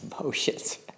emotions